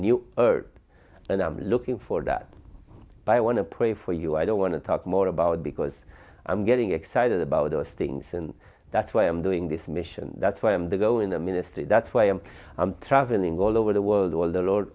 new earth and i'm looking for that by i want to pray for you i don't want to talk more about because i'm getting excited about those things and that's why i'm doing this mission that's why i'm to go in the ministry that's why i'm traveling all over the world all the lord